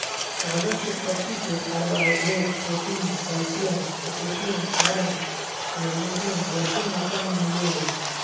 सहजन के पत्ती से carbohydrate, protein, calcium, potassium, iron, magnesium, भरपूर मात्रा में मिलो हइ